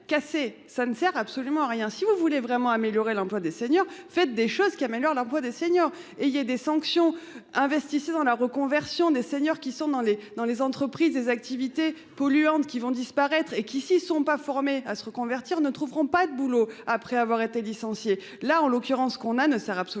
ça ne sert absolument à rien, si vous voulez vraiment améliorer l'emploi des seniors, fait des choses qui améliorent la voix des seniors et il y ait des sanctions, investissez dans la reconversion des seniors qui sont dans les dans les entreprises des activités polluantes qui vont disparaître et qui s'y sont pas formés à se reconvertir ne trouveront pas de boulot après avoir été licencié là en l'occurrence, qu'on a ne sert absolument à rien